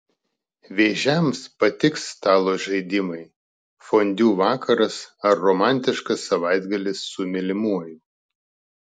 vėžiams patiks stalo žaidimai fondiu vakaras ar romantiškas savaitgalis su mylimuoju